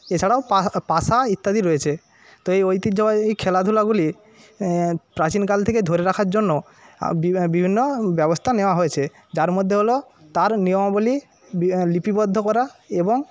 এছাড়াও পা পাশা ইত্যাদি রয়েছে তো এই ঐতিহ্যবাহী এই খেলাধুলাগুলি প্রাচীনকাল থেকে ধরে রাখার জন্য আ বিভি বিভিন্ন ব্যবস্থা নেওয়া হয়েছে যার মধ্যে হল তার নিয়মাবলী ব লিপিবদ্ধ করা এবং